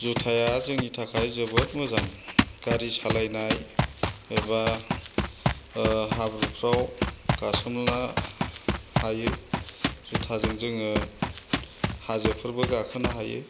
जुथाया जोंनि थाखाय जोबोद मोजां गारि सालायनाय एबा हाब्रुफोराव गास'नला हायो जुथाजों जोङो हाजोफोरबो गाखोनो हायो